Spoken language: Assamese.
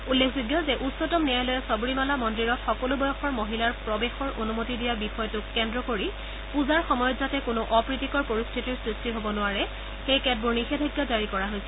উল্লেখযোগ্য যে উচ্চতম ন্যায়ালয়ে সবৰিমালা মন্দিৰত সকলো বয়সৰ মহিলাৰ প্ৰৱেশৰ অনুমতি দিয়া বিষয়টোক কেন্দ্ৰ কৰি পূজাৰ সময়ত যাতে কোনো অপ্ৰীতিকৰ পৰিশ্বিতিৰ সৃষ্টি হব নোৱাৰে সেয়ে কেতবোৰ নিষেধাজ্ঞা জাৰি কৰা হৈছে